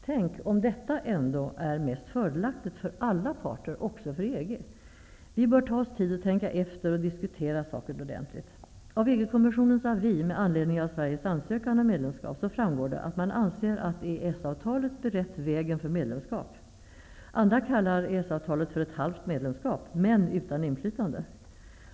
Tänk om detta ändå är mest fördelaktigt för alla parter också för EG? Vi bör ta oss tid att tänka efter och diskutera saken ordentligt. Sveriges ansökan om medlemskap framgår det att man anser att EES-avtalet berett vägen för medlemskapet. Andra kallar EES-avtalet för ett halvt medlemskap, men utan inflytande.